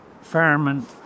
farming